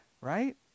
right